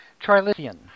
Trilithian